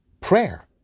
Prayer